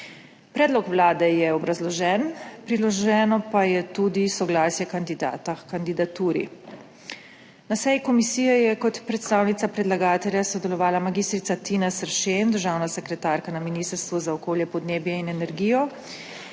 Predlog Vlade je obrazložen, priloženo pa je tudi soglasje kandidata h kandidaturi. Na seji komisije je kot predstavnica predlagatelja sodelovala mag. Tina Seršen, državna sekretarka na Ministrstvu za okolje, podnebje in energijo,